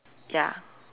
ya